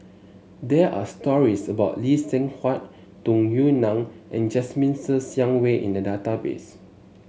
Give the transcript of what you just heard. there are stories about Lee Seng Huat Tung Yue Nang and Jasmine Ser Xiang Wei in the database